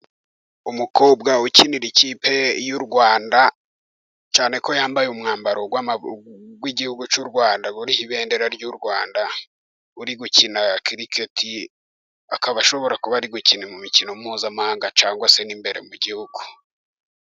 Umukobwa ukinira ikipe y'u Rwanda cyane ko yambaye umwambaro w'igihugu cy'u Rwanda uriho ibendera ry'u Rwanda uri gukina kiriketi, akaba ashobora kuba ari gukina mu mikino mpuzamahanga cyangwa se n'imbere mu igihugu.